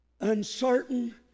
Uncertain